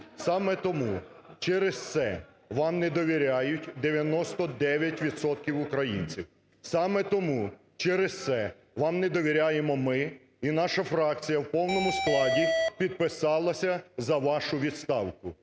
Саме тому, через це вам не довіряють 99 відсотків українців, саме тому, через це вам не довіряємо ми і наша фракція в повному складі підписалася за вашу відставку.